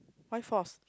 why force